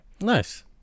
nice